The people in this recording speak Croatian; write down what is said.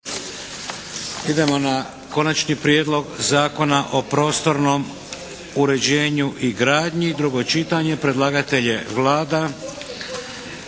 Idemo na - Konačni prijedlog Zakona o prostornom uređenju i gradnji, drugo čitanje P.Z.E. br.